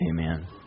Amen